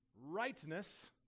rightness